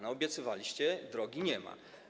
Naobiecywaliście, a drogi nie ma.